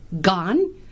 gone